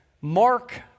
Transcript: mark